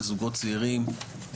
לזוגות צעירים,